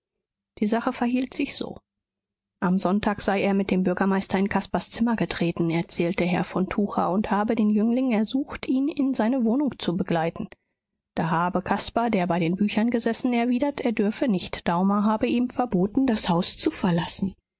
die sache verhielt sich so am sonntag sei er mit dem bürgermeister in caspars zimmer getreten erzählte herr von tucher und habe den jüngling ersucht ihn in seine wohnung zu begleiten da habe caspar der bei den büchern gesessen erwidert er dürfe nicht daumer habe ihm verboten das haus zu verlassen